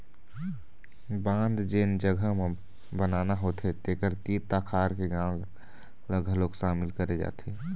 बांध जेन जघा म बनाना होथे तेखर तीर तखार के गाँव ल घलोक सामिल करे जाथे